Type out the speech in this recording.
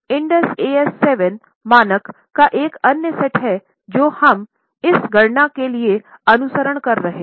IndAS 7 मानक का एक नया सेट है जो हम इस गणना के लिए अनुसरण कर रहे हैं